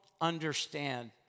understand